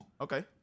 okay